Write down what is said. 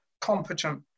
competent